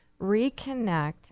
reconnect